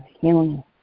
healing